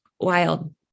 wild